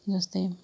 जस्तै